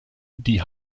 die